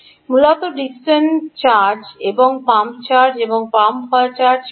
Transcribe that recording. মূলত Dickson charge এবং pump charge এবং পাম্প হয় চার্জ পাম্প